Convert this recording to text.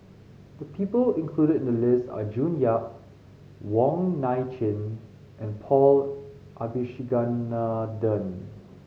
the people included in the list are June Yap Wong Nai Chin and Paul Abisheganaden